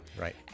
Right